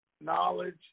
knowledge